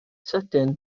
sydyn